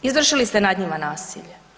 Izvršili ste nad njima nasilje.